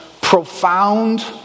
profound